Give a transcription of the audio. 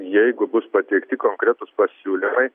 jeigu bus pateikti konkretūs pasiūlymai